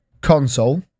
console